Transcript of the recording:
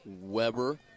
Weber